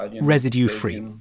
residue-free –